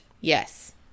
Yes